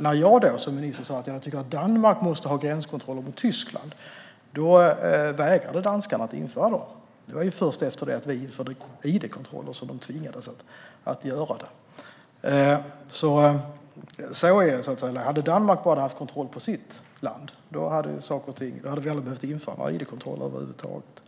När jag då som minister sa att jag tyckte att Danmark måste ha gränskontroller mot Tyskland vägrade danskarna att införa sådana. Det var först efter att vi införde id-kontroller som de tvingades göra det. Hade Danmark bara haft kontroll på sitt land skulle vi aldrig ha behövt införa id-kontroller över huvud taget.